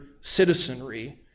citizenry